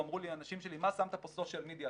אמרו לי האנשים שלי: מה שמת פה Social media,